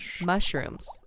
mushrooms